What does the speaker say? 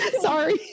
Sorry